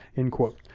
end quote.